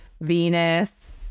Venus